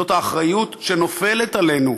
זאת האחריות שנופלת עלינו,